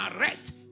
arrest